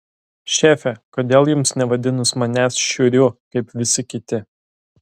šefe kodėl jums nevadinus manęs šiuriu kaip visi kiti